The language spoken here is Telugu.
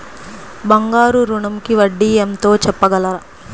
బంగారు ఋణంకి వడ్డీ ఎంతో చెప్పగలరా?